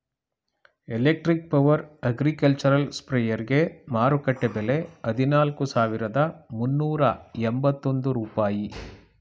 electric power agricultural ಸ್ಪ್ರೆಯರ್ಗೆ ಮಾರುಕಟ್ಟೆ ಬೆಲೆ ಹದಿನಾಲ್ಕು ಸಾವಿರದ ಮುನ್ನೂರ ಎಂಬತ್ತೊಂದು ರೂಪಾಯಿ